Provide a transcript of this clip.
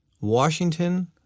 Washington